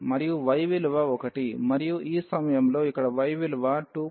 మరియు y విలువ 1 మరియు ఈ సమయంలో ఇక్కడ y విలువ 2